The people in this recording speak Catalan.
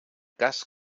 cas